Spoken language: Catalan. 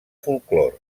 folklore